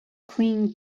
clean